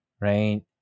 Right